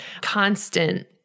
constant